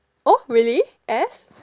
oh really ass